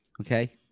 Okay